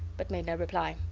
but made no reply.